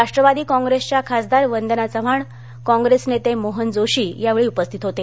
राष्ट्रवादी काँग्रेसच्या खासदार वंदना चव्हाण काँग्रेस नेते मोहन जोशी यावेळी उपस्थित होते